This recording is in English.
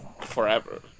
forever